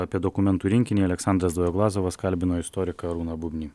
apie dokumentų rinkinį aleksandras dvojeglazovas kalbino istoriką arūną bubnį